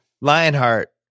Lionheart